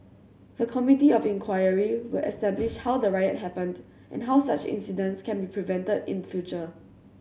the Committee of Inquiry will establish how the riot happened and how such incidents can be prevented in future